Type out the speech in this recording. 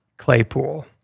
Claypool